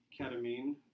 ketamine